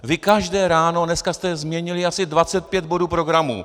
Vy každé ráno dneska jste změnili asi 25 bodů programu.